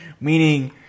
meaning